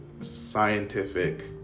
scientific